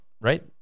right